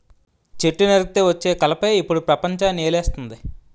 చెట్టు నరికితే వచ్చే కలపే ఇప్పుడు పెపంచాన్ని ఏలేస్తంది